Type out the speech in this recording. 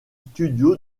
studio